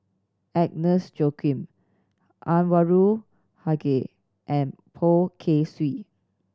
Agnes Joaquim Anwarul Haque and Poh Kay Swee